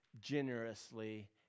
generously